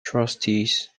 trustees